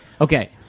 Okay